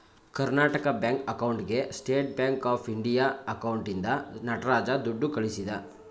Karnataka bank ಅಕೌಂಟ್ಗೆ state bank of India ಅಕೌಂಟ್ನಿಂದ ನಟರಾಜ ದುಡ್ಡು ಕಳಿಸಿದ